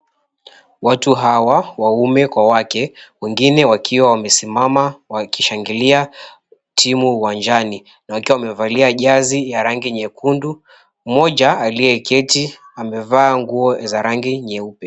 Watu hawa, waume kwa wake, wengine wakiwa wamesimama wakishangilia timu uwanjani na wakiwa jezi ya rangi nyekundu. Mmoja ambaye ameketi amevaa nguo za rangi nyeupe.